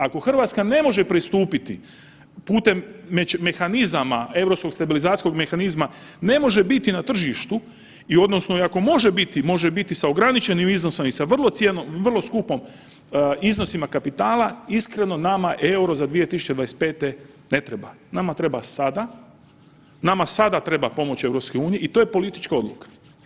Ako RH ne može pristupiti putem mehanizama Europskog stabilizacijskog mehanizma ne može biti na tržištu i odnosno i ako može biti, može biti sa ograničenim iznosom i sa vrlo skupom iznosima kapitala, iskreno nama EUR-o za 2025.g. ne treba, nama treba sada, nama sada treba pomoć EU i to je politička odluka.